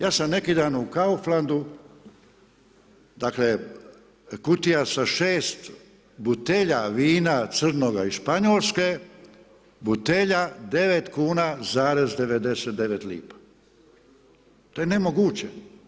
Ja sam neki dan u Kauflandu, dakle kutija sa 6 butelja vina crnoga iz Španjolske, butelja 9, 99 kn. to je nemoguće.